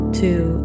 two